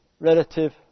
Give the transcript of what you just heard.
Relative